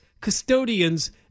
custodians